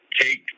take